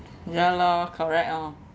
ya lor correct lor